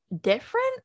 different